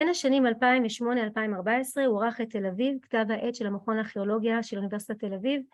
‫בין השנים 2008-2014, ‫הוא ערך את כתב העת תל אביב, ‫כתב העת של המכון לארכיאולוגיה ‫של אוניברסיטת תל אביב.